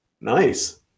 Nice